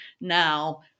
now